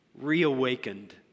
reawakened